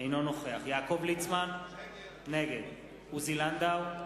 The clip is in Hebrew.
אינו נוכח יעקב ליצמן, נגד עוזי לנדאו,